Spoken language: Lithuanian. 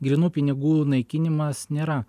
grynų pinigų naikinimas nėra